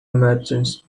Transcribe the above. merchants